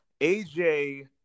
AJ